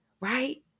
right